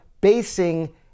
basing